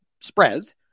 spreads